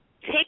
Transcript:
Take